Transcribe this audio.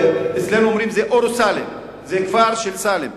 אצלנו אומרים את זה "אורסאלם" זה הכפר של סאלם.